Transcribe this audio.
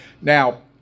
Now